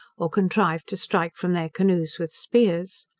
or contrive to strike from their canoes with spears.